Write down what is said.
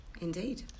Indeed